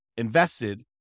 invested